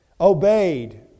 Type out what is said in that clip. obeyed